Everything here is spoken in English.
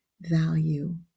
value